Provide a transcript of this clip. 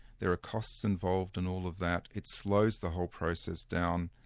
there are costs involved in all of that, it slows the whole process down,